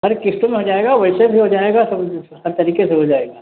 अरे क़िस्तों में भी हो जाएगा वैसे भी हो जाएगा सब हर तरीक़े से हो जाएगा